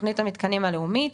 תוכנית המתקנים הלאומית.